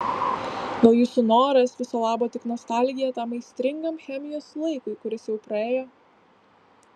gal jūsų noras viso labo tik nostalgija tam aistringam chemijos laikui kuris jau praėjo